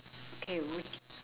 okay wait